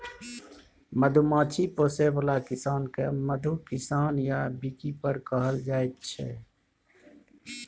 मधुमाछी पोसय बला किसान केँ मधु किसान या बीकीपर कहल जाइ छै